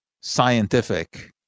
scientific